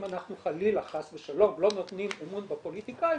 אנחנו חס ושלום לא נותנים אמון בפוליטיקאים,